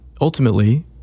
ultimately